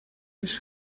mis